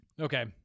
Okay